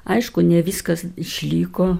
aišku ne viskas išliko